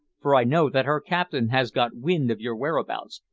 for i know that her captain has got wind of your whereabouts,